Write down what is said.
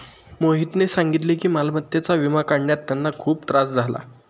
मोहितने सांगितले की मालमत्तेचा विमा काढण्यात त्यांना खूप त्रास झाला